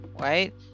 right